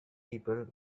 people